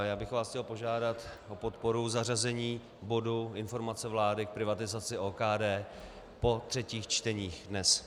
Já bych vás chtěl požádat o podporu zařazení bodu Informace vlády k privatizaci OKD po třetích čteních dnes.